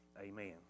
Amen